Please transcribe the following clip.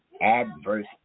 Adverse